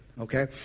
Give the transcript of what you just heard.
okay